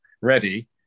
ready